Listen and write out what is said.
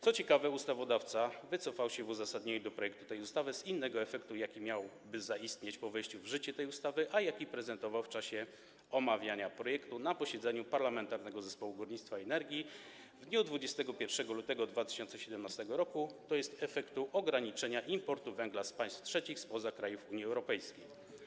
Co ciekawe, ustawodawca wycofał się w uzasadnieniu projektu tej ustawy z innego efektu, jaki miałby zaistnieć po wejściu w życie tej ustawy, a jaki prezentował w czasie omawiania projektu na posiedzeniu Parlamentarnego Zespołu Górnictwa i Energii w dniu 21 lutego 2017 r., tj. efektu ograniczenia importu węgla z państw trzecich spoza krajów Unii Europejskiej.